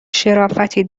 شرافتی